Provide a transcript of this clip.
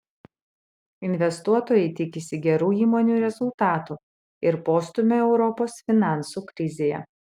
investuotojai tikisi gerų įmonių rezultatų ir postūmio europos finansų krizėje